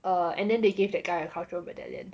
err and then they gave that guy a cultural medallion